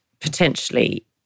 potentially